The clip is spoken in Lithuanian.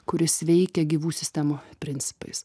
kuris veikia gyvų sistemų principais